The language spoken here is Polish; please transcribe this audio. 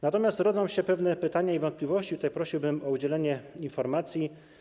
Natomiast rodzą się pewne pytania i wątpliwości, więc prosiłbym o udzielenie informacji.